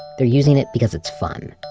they're using it because it's fun,